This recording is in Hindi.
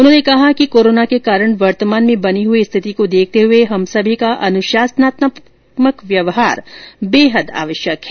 उन्होंने कहा कि कोरोना के कारण वर्तमान में बनी हुई स्थिति को देखते हुए हम सभी का अनुशासनात्मक व्यवहार बेहद आवश्यक है